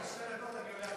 עוד שתי דקות אני עונה לך.